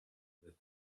with